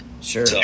Sure